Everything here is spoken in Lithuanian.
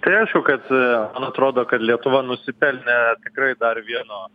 tai aišku kad man atrodo kad lietuva nusipelnė tikrai dar vieno